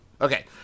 Okay